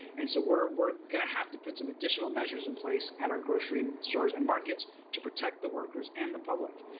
and so we're we're going to have to put some additional measures in place at our grocery and stores and markets to protect the workers and the public.